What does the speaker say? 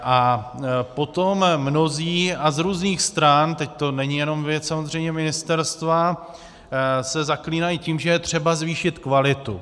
A potom mnozí a z různých stran, teď to není jenom věc samozřejmě ministerstva, se zaklínají tím, že je třeba zvýšit kvalitu.